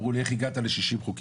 אמרו לי איך הגעתי ל-60 חוקים,